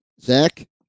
Zach